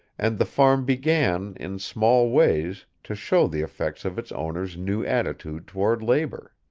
and the farm began, in small ways, to show the effects of its owner's new attitude toward labor.